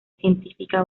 científica